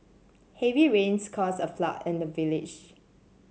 heavy rains caused a flood in the village